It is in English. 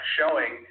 showing